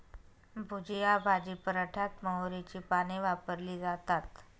भुजिया भाजी पराठ्यात मोहरीची पाने वापरली जातात